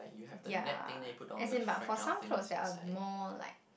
ya as in but for some clothes that are more like